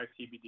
CBD